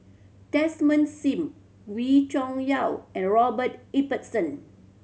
Desmond Sim Wee Cho Yaw and Robert Ibbetson